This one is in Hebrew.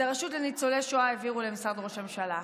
את הרשות לניצולי שואה העבירו למשרד ראש הממשלה.